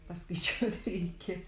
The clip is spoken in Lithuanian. paskaičiuot reikia